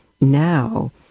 Now